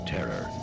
Terror